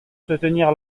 soutenir